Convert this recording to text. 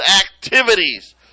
activities